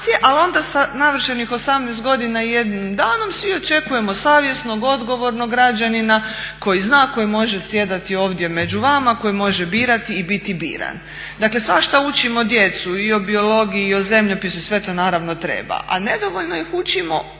ali onda sa navršenih 18 godina i jedni danom svi očekujemo savjesnog, odgovornog građanina koji zna, koji može sjedati ovdje među vama, koji može birati i biti biran. Dakle svašta učimo djecu i o biologiji, i o zemljopisu i sve to naravno treba, a nedovoljno ih učimo o